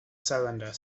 cylinder